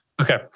Okay